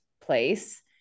place